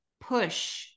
push